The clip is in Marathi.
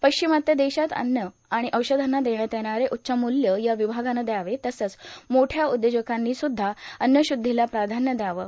पाश्चिमात्य देशात अव्न आणि औषधांना देण्यात येणारे उच्च मुल्य या विभागानं द्यावं तसंच मोठ्या उद्योजकांनी सुध्दा अज्जशुध्दीला प्राधान्य द्यावं